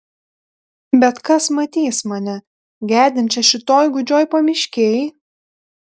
bet kas matys mane gedinčią šitoj gūdžioj pamiškėj